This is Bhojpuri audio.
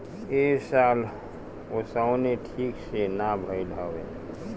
ए साल ओंसउनी ठीक से नाइ भइल हअ